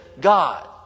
God